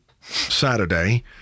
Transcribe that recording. Saturday